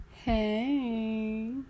Hey